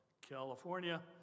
California